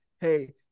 hey